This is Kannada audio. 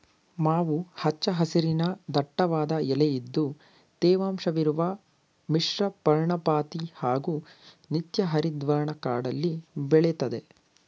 ಮಾವು ಹಚ್ಚ ಹಸಿರಿನ ದಟ್ಟವಾದ ಎಲೆಇದ್ದು ತೇವಾಂಶವಿರುವ ಮಿಶ್ರಪರ್ಣಪಾತಿ ಹಾಗೂ ನಿತ್ಯಹರಿದ್ವರ್ಣ ಕಾಡಲ್ಲಿ ಬೆಳೆತದೆ